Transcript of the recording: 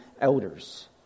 elders